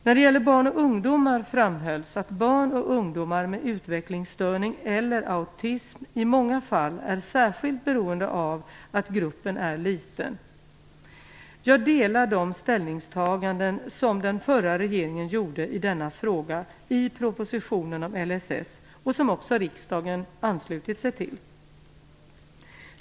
När det gäller barn och ungdomar framhölls att barn och ungdomar med utvecklingsstörning eller autism i många fall är särskilt beroende av att gruppen är liten. Jag delar de ställningstaganden som den förra regeringen gjorde i denna fråga i propositionen om LSS och som också riksdagen anslutit sig till.